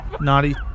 naughty